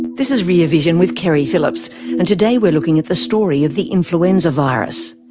this is rear vision with keri phillips and today we're looking at the story of the influenza virus.